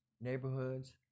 neighborhoods